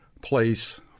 place